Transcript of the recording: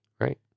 Right